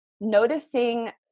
noticing